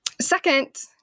second